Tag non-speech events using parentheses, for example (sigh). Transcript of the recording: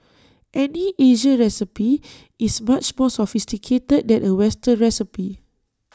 any Asian recipe is much more sophisticated than A western recipe (noise)